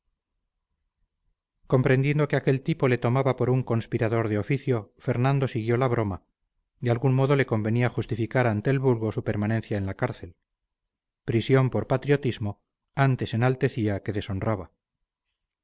comprendiendo que aquel tipo le tomaba por un conspirador de oficio fernando siguió la broma de algún modo le convenía justificar ante el vulgo su permanencia en la cárcel prisión por patriotismo antes enaltecía que deshonraba